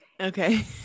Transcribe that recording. Okay